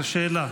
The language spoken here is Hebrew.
זו שאלה.